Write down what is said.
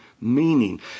meaning